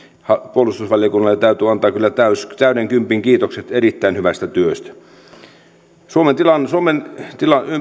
puolustusvaliokunnalle täytyy antaa kyllä täyden kympin kiitokset erittäin hyvästä työstä tilanne suomen